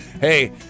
hey